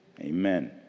amen